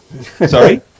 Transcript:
sorry